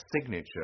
signature